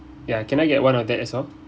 ya can I get one of that as well